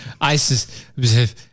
ISIS